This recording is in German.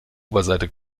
oberseite